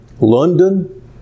London